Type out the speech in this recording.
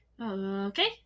Okay